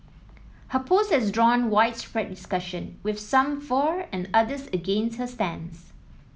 her post has drawn widespread discussion with some for and others against her stance